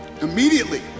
Immediately